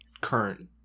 current